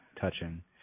touching